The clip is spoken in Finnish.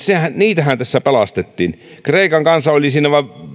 niitähän tässä pelastettiin kreikan kansa oli siinä vain